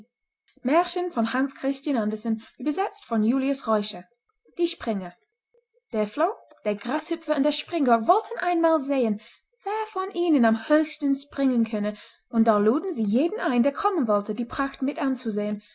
die springer der floh der grashüpfer und der springbock wollten einmal sehen wer von ihnen am höchsten springen könne und da luden sie jeden ein der kommen wollte die pracht mit anzusehen